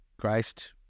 Christ